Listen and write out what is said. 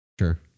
Sure